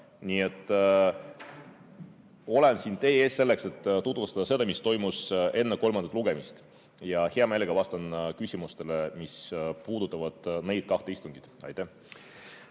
Nii et olen teie ees selleks, et tutvustada seda, mis toimus enne kolmandat lugemist, ja hea meelega vastan küsimustele, mis puudutavad neid kahte istungit. Aitäh!